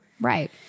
right